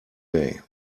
day